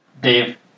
Dave